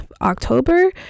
October